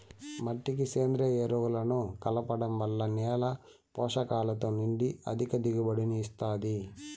మట్టికి సేంద్రీయ ఎరువులను కలపడం వల్ల నేల పోషకాలతో నిండి అధిక దిగుబడిని ఇస్తాది